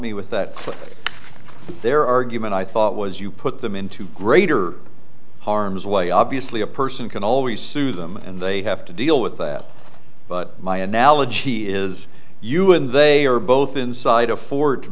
me with that clik their argument i thought was you put them into greater harm's way obviously a person can always sue them and they have to deal with that but my analogy is you when they are both inside a for